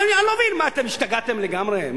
אני לא מבין, מה, אתם השתגעתם לגמרי?